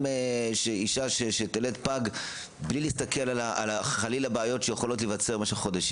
אישה שתלד פג בלי להסתכל חלילה על בעיות שיכולות להיווצר במשך חודשים,